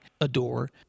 adore